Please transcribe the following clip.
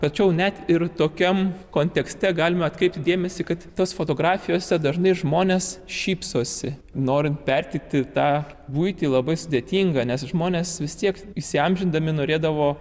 tačiau net ir tokiam kontekste galime atkreipti dėmesį kad tas fotografijose dažnai žmonės šypsosi norint perteikti tą buitį labai sudėtinga nes žmonės vis tiek įsiamžindami norėdavo